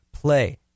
play